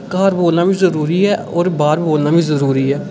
घर बोलना बी जरूरी ऐ होर बाह्र बोलना बी जरूरी ऐ